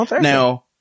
now